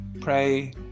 Pray